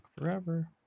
forever